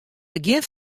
begjin